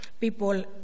people